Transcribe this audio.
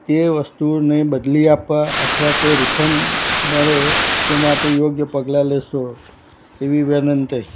તે વસ્તુને બદલી આપવા અથવા તો રિફંડ મળે તે માટે યોગ્ય પગલાં લેશો તેવી વિનંતી